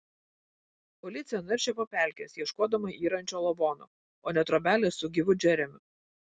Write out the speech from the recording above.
policija naršė po pelkes ieškodama yrančio lavono o ne trobelės su gyvu džeremiu